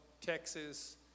texas